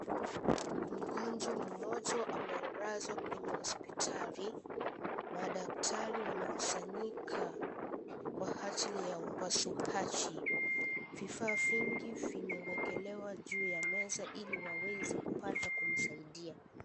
Mgonjwa mmoja amelazwa kwenye hospitali, madaktari wamekusanyika kwa ajili ya upasuaji, vifaa vingi vimewekelewa juu ya meza ili waweze kupata kumsaidia.